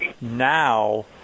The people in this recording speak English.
now